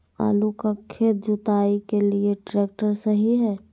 आलू का खेत जुताई के लिए ट्रैक्टर सही है?